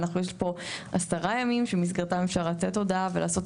יש פה 10 ימים שבמסגרתם אפשר לתת הודעה ולעשות את